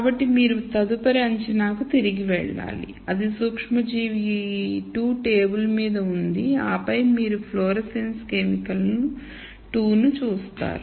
కాబట్టి మీరు తదుపరి అంచనా కు తిరిగి వెళ్ళాలి అది సూక్ష్మజీవి 2 టేబుల్ మీద ఉంది ఆపై మీరు ఫ్లోరోసెన్స్ కెమికల్ 2 ను చూస్తారు